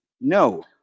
no